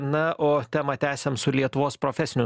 na o temą tęsiam su lietuvos profesinių